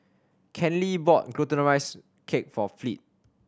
Kenley bought Glutinous Rice Cake for Fleet